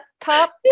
top